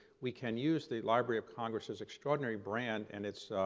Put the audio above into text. we can use the library of congress as extraordinary brand and its